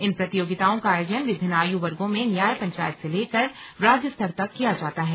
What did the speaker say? इन प्रतियोगिताओं का आयोजन विभिन्न आयु वर्गो में न्याय पंचायत से लेकर राज्य स्तर तक किया जाता है